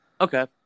Okay